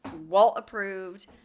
Walt-approved